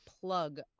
plug